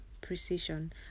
precision